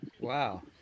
Wow